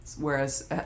whereas